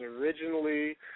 originally